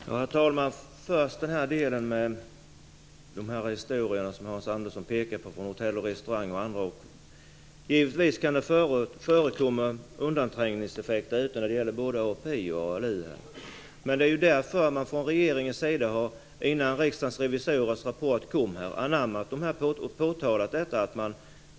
Herr talman! Låt mig först ta upp det som Hans Andersson pekar på när det gäller historierna från Hotell och Restauranganställda och andra. Givetvis kan det förekomma undanträngningseffekter när det gäller både API och ALU. Men det är ju därför regeringen, redan innan Riksdagens revisorers rapport kom, har påtalat detta.